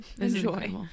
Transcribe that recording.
Enjoy